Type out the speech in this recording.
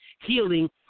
healing